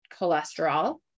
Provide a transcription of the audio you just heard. cholesterol